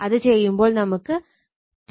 അത് ചെയ്യുമ്പോൾ നമുക്ക് 297